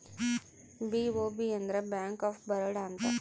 BOB ಅಂದ್ರ bank of Baroda ಅಂತ